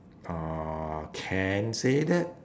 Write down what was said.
uhh can say that